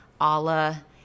Allah